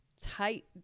tight